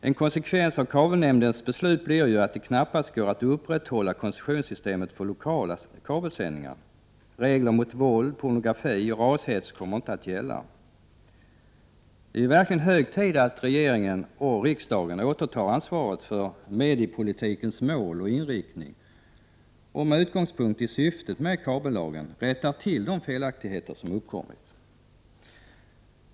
En konsekvens av kabelnämndens beslut blir att det knappast går att upprätthålla koncessionssystemet för lokala kabelsändningar. Regler mot våld, pornografi och rashets kommer inte att gälla. Det är verkligen hög tid att regeringen och riksdagen återtar ansvaret för mediepolitikens mål och inriktning och med utgångspunkt i syftet med kabellagen rättar till de felaktigheter som har uppkommit.